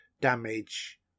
damage